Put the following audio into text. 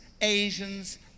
Asians